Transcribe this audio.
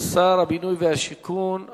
תועבר לוועדת החוקה,